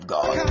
God